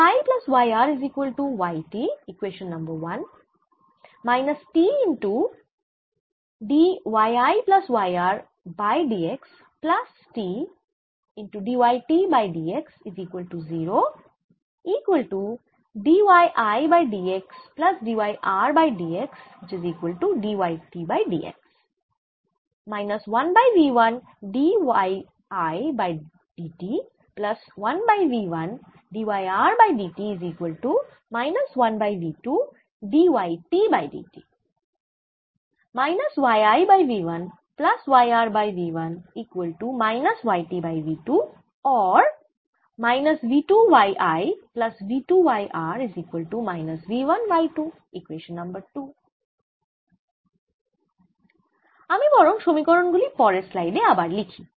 আমি বরং সমীকরণ গুলি পরের স্লাইড এ আবার লিখি